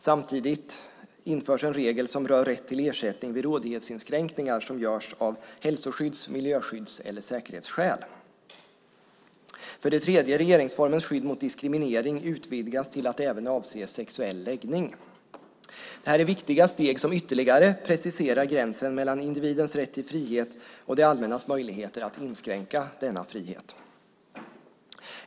Samtidigt införs en regel som rör rätt till ersättning vid rådighetsinskränkningar som görs av hälsoskydds-, miljöskydds eller säkerhetsskäl. Regeringsformens skydd mot diskriminering utvidgas till att även avse sexuell läggning. Det här är viktiga steg som ytterligare preciserar gränsen mellan individens rätt till frihet och det allmännas möjligheter att inskränka denna frihet.